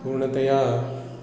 पूर्णतया